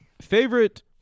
Favorite